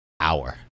hour